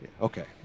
Okay